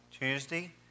Tuesday